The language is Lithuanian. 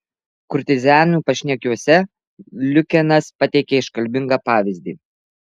kurtizanių pašnekesiuose lukianas pateikia iškalbingą pavyzdį